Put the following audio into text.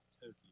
Tokyo